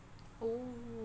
oo